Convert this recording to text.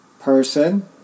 Person